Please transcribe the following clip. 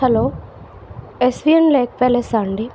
hello SVN lake ప్యాలసా అండీ